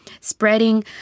spreading